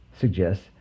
suggest